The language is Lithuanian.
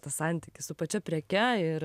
tas santykis su pačia preke ir